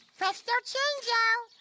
presto chango.